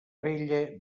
vella